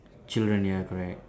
children ya correct